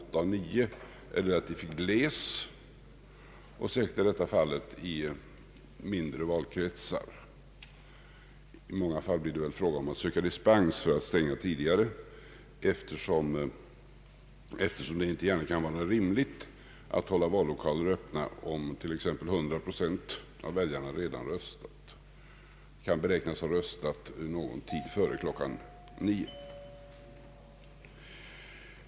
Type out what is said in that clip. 20 och 21 är gles, särskilt i mindre valkretsar. I många fall blir det väl fråga om att söka dispens för att stänga tidigare, eftersom det inte gärna kan vara rimligt att hålla vallokaler öppna om t.ex. hundra procent av väljarna kan beräknas ha röstat någon tid före kl. 21.